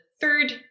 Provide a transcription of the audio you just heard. third